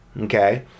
Okay